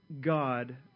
God